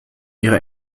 ihre